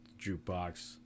jukebox